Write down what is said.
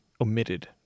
omitted